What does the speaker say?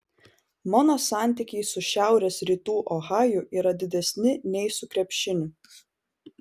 mano santykiai su šiaurės rytų ohaju yra didesni nei su krepšiniu